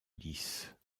lisses